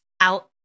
out